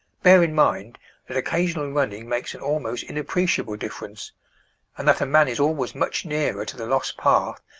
bear in mind that occasional running makes an almost inappreciable difference and that a man is always much nearer to the lost path,